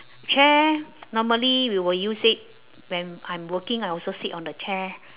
chair normally we will use it when I'm working I also sit on the chair